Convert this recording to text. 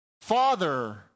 Father